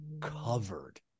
covered